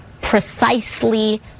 precisely